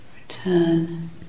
Return